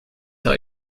tell